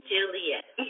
Juliet